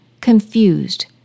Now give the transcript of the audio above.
confused